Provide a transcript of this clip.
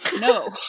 no